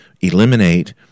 eliminate